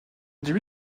début